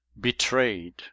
betrayed